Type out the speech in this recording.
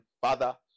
Father